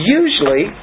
usually